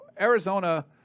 Arizona